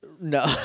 No